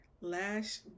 last